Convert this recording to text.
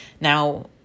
Now